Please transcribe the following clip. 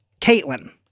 Caitlin